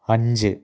അഞ്ച്